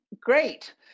great